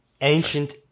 ancient